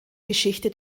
geschichte